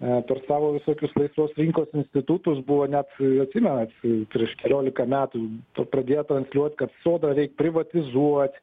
per savo visokius visokius laisvos rinkos institutus buvo net atsimenat prieš keliolika metų pradėję transliuot kad sodrą reik privatizuot